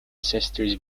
sisters